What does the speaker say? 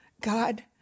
God